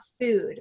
food